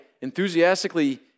enthusiastically